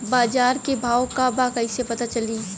बाजार के भाव का बा कईसे पता चली?